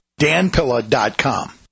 danpilla.com